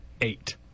Eight